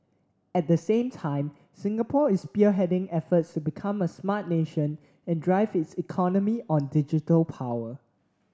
at the same time Singapore is spearheading efforts to become a smart nation and drive its economy on digital power